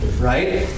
right